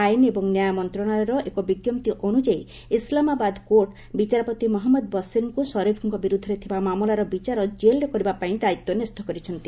ଆଇନ ଏବଂ ନ୍ୟାୟ ମନ୍ତ୍ରଣାଳୟର ଏକ ବିଜ୍ଞପ୍ତି ଅନୁଯାୟୀ ଇସ୍ଲାମାବାଦ କୋର୍ଟ ବିଚାରପତି ମହମ୍ମଦ ବସିର୍ଙ୍କୁ ଶରିଫ୍ଙ୍କ ବିରୁଦ୍ଧରେ ଥିବା ମାମଲାର ବିଚାର ଜେଲ୍ରେ କରିବାପାଇଁ ଦାୟିତ୍ୱ ନ୍ୟସ୍ତ କରିଛନ୍ତି